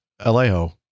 Alejo